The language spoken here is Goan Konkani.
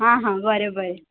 आं हां बरें बरें